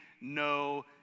no